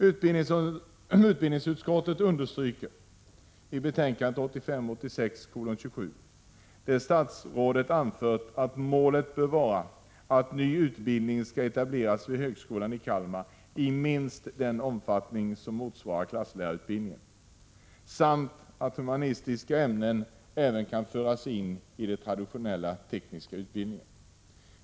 Utbildningsutskottet understryker i betänkande 1985/86:27 att statsrådet har anfört att målet bör vara att nya utbildningar skall etableras vid högskolan i Kalmar i minst den omfattning som motsvarar klasslärarutbildningen samt att humanistiska ämnen kan föras in även i traditionell teknisk utbildning.